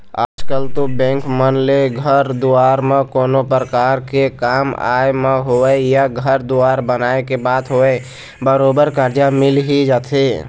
आजकल तो बेंक मन ले घर दुवार म कोनो परकार के काम आय म होवय या घर दुवार बनाए के बात होवय बरोबर करजा मिल ही जाथे